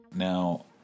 Now